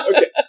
Okay